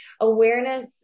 awareness